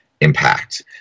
impact